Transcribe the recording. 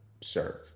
serve